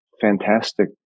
fantastic